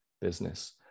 business